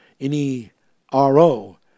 N-E-R-O